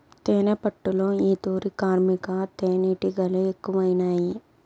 తేనెపట్టులో ఈ తూరి కార్మిక తేనీటిగలె ఎక్కువైనాయి